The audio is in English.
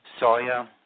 soya